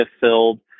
filled